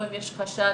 או שאם יש חשש